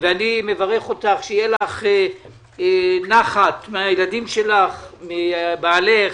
אני מברך אותך שיהיה לך נחת מהילדים שלך, מבעלך,